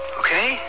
okay